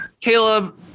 Caleb